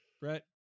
Brett